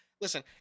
Listen